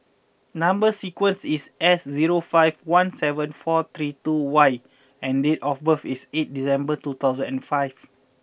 number sequence is S zero five one seven four three two Y and date of birth is eight December two thousand and five